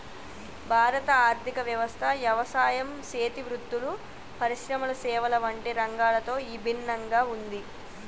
భారత ఆర్థిక వ్యవస్థ యవసాయం సేతి వృత్తులు, పరిశ్రమల సేవల వంటి రంగాలతో ఇభిన్నంగా ఉంది